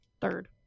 Third